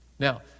Now